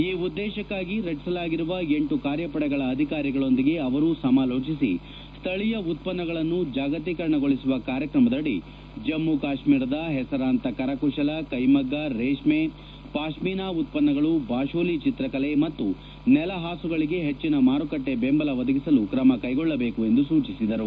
ಈ ಉದ್ದೇಶಕ್ಕಾಗಿ ರಚಿಸಲಾಗಿರುವ ಲ ಕಾರ್ಯಪಡೆಗಳ ಅಧಿಕಾರಿಗಳೊಂದಿಗೆ ಅವರು ಸಮಾಲೋಚಿಸಿ ಸ್ಥಳೀಯ ಉತ್ಪನ್ನಗಳನ್ನು ಜಾಗತೀಕರಣಗೊಳಿಸುವ ಕಾರ್ಯಕ್ರಮದಡಿ ಜಮ್ಮು ಕಾಶ್ಮೀರದ ಹೆಸರಾಂತ ಕರಕುಶಲ ಕೈಮಗ್ಗ ರೇಷ್ಮೈ ಪಾಶ್ಮೀನಾ ಉತ್ವನ್ನಗಳು ಬಾಶೋಲಿ ಚಿತ್ರಕಲೆ ಮತ್ತು ನೆಲ ಹಾಸುಗಳಿಗೆ ಹೆಚ್ಚಿನ ಮಾರುಕಟ್ಟೆ ಬೆಂಬಲ ಒದಗಿಸಲು ಕ್ರಮ ಕ್ವೆಗೊಳ್ಳಬೇಕು ಎಂದು ಸೂಚಿಸಿದರು